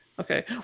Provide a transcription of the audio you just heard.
Okay